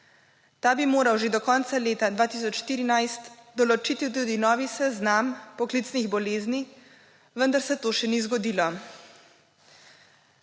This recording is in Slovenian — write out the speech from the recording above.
Ta bi moral že do konca leta 2014 določiti tudi nov seznam poklicnih bolezni, vendar se to še ni zgodilo.